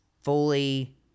fully